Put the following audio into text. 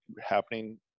happening